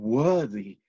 worthy